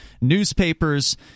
newspapers